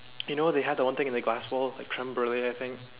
you know they have the one thing in a glass bowl creme brulee I think